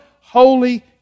holy